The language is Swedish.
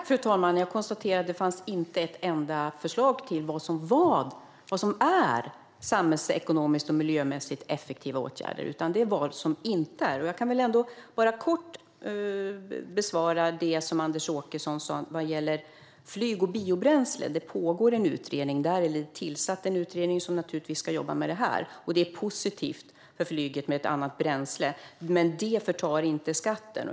Fru talman! Jag konstaterar att det inte fanns ett enda förslag på vad som är samhällsekonomiskt och miljömässigt effektiva åtgärder, utan det var vad som inte är det. Jag kan väl ändå bara kort besvara det som Anders Åkesson sa vad gäller flyg och biobränsle. Det är tillsatt en utredning som naturligtvis ska jobba med detta, och det är positivt för flyget med ett annat bränsle. Men det förtar inte skatten.